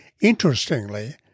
Interestingly